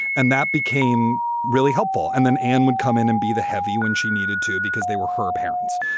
and that became really helpful. and then anne would come in and be the heavy when she needed to because they were her parents.